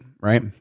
Right